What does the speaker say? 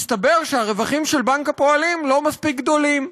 מסתבר שהרווחים של בנק הפועלים לא מספיק גדולים.